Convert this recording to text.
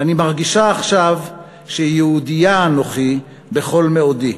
"אני מרגישה עכשיו שיהודייה אנוכי בכל מאודי,